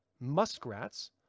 muskrats